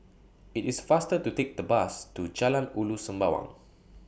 IT IS faster to Take The Bus to Jalan Ulu Sembawang